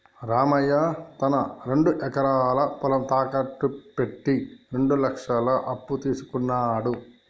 రామయ్య తన రెండు ఎకరాల పొలం తాకట్టు పెట్టి రెండు లక్షల అప్పు తీసుకున్నడు